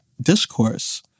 discourse